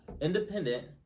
Independent